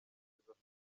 yishyuza